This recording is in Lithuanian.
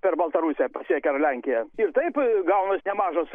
per baltarusiją pasiekia ar lenkiją ir taip gaunasi nemažas